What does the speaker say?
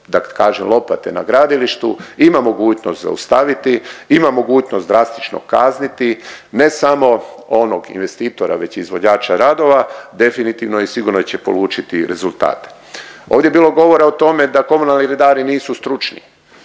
da kažem lopate na gradilištu ima mogućnost zaustaviti, ima mogućnost drastično kazniti ne samo onog investitora već i izvođača radova definitivno i sigurno će polučiti rezultate. Ovdje je bilo govora o tome komunalni redari nisu stručni.